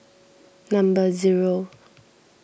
number zero